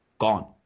gone